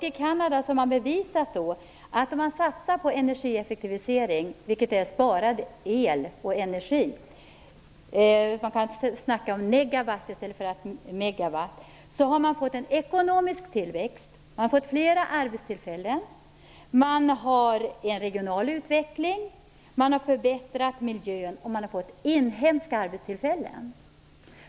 I Kanada har man bevisat att satsningar på energieffektivisering, vilket är sparad el och energi - man kan tala om negawatt i stället för megawatt - ger ekonomisk tillväxt. Man har en regional utveckling, man har förbättrat miljön, och man har fått inhemska arbetstillfällen.